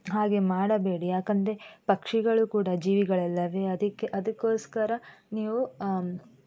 ಹಾಗೆ ಮಾಡಬೇಡಿ ಯಾಕೆಂದ್ರೆ ಪಕ್ಷಿಗಳು ಕೂಡ ಜೀವಿಗಳಲ್ಲವೇ ಅದಕ್ಕೆ ಅದಕ್ಕೋಸ್ಕರ ನೀವು